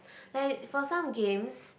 like for some games